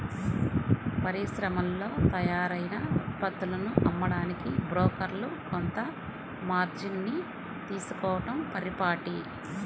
పరిశ్రమల్లో తయారైన ఉత్పత్తులను అమ్మడానికి బ్రోకర్లు కొంత మార్జిన్ ని తీసుకోడం పరిపాటి